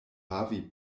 havi